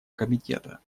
комитета